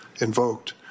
invoked